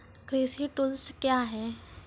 कृषि टुल्स क्या हैं?